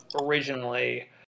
originally